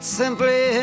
simply